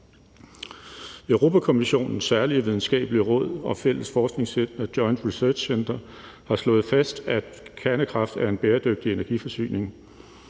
Europa-Kommissionens særlige videnskabelige råd og fælles forskningscenter, Joint Research Centre, har slået fast, at kernekraft er en bæredygtig energiforsyning.